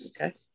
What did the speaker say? Okay